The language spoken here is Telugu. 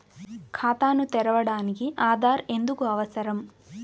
ఖాతాను తెరవడానికి ఆధార్ ఎందుకు అవసరం?